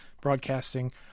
broadcasting